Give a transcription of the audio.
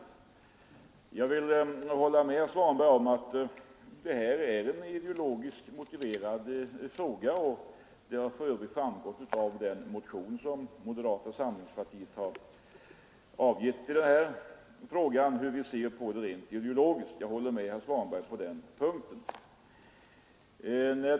Sedan håller jag emellertid med herr Svanberg om att detta är en ideologiskt motiverad fråga. Det framgår för övrigt av den motion som moderata samlingspartiet har väckt hur vi ser på frågan rent ideologiskt. Där håller jag alltså med herr Svanberg.